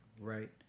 Right